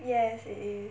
yes it is